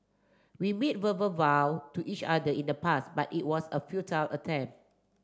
we made verbal vow to each other in the past but it was a futile attempt